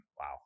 Wow